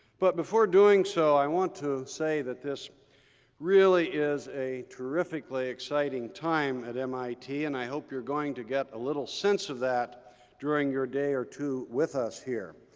but before doing so, i want to say that this really is a terrifically exciting time at mit. and i hope you're going to get a little sense of that during your day or two with us here.